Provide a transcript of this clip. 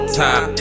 time